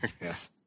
Yes